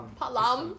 palam